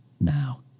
now